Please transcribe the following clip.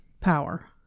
power